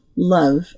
love